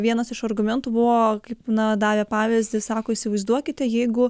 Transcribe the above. vienas iš argumentų buvo kaip na davė pavyzdį sako įsivaizduokite jeigu